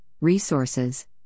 resources